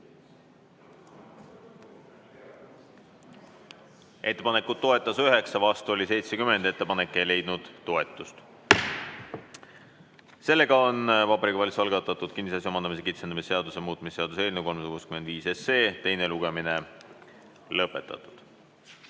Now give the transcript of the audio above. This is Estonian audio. Ettepanekut toetas 9, vastu oli 70, ettepanek ei leidnud toetust. Sellega on Vabariigi Valitsuse algatatud kinnisasja omandamise kitsendamise seaduse muutmise seaduse eelnõu 365 teine lugemine lõpetatud.